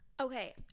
okay